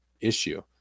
issue